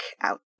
out